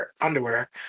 underwear